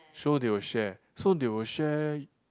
so they will share so they will share